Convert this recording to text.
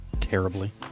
Terribly